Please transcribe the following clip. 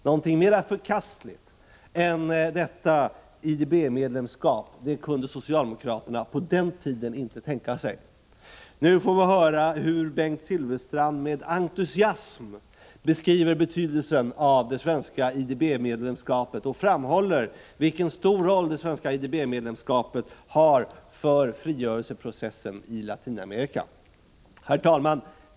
Någonting mer förkastligt än detta IDB-medlemskap kunde socialdemokraterna på den tiden inte tänka sig. Nu får vi höra hur Bengt Silfverstrand med entusiasm beskriver betydelsen av det svenska IDB-medlemskapet och framhåller vilken stor roll det svenska IDB-medlemskapet har för frigörelseprocessen i Latinamerika.